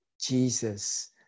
Jesus